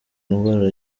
ndwara